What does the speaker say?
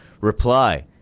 reply